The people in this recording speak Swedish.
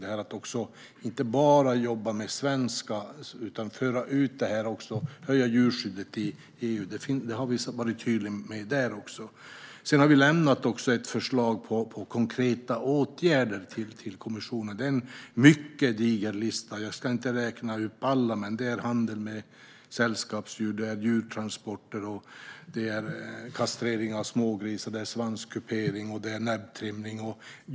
Vi har haft som ambition att inte bara jobba inom Sverige utan att även föra ut arbetet och stärka djurskyddet inom EU, vilket vi har varit tydliga med även där. Vi har lämnat förslag på konkreta åtgärder till kommissionen. Det är en mycket diger lista. Jag ska inte räkna upp alla, men förslagen rör bland annat handel med sällskapsdjur, djurtransporter, kastrering av smågrisar, svanskupering och näbbtrimning.